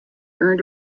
earned